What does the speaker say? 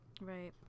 right